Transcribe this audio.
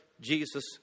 Jesus